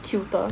cuter